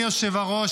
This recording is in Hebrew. היושב-ראש,